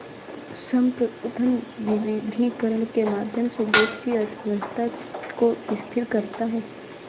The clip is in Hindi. संप्रभु धन विविधीकरण के माध्यम से देश की अर्थव्यवस्था को स्थिर करता है